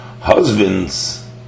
husbands